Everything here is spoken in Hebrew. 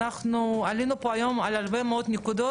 אנחנו עלינו פה היום על הרבה מאוד נקודות